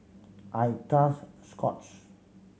I trust Scott's